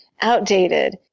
outdated